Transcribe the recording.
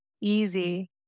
easy